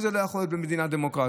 שזה לא יכול להיות במדינה דמוקרטית,